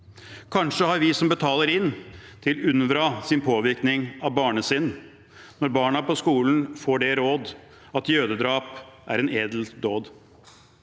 Kanskje har vi som betaler inn til UNRWAs påvirkning av barnesinn, et ansvar når barna på skolen får det råd at jødedrap er en edel dåd?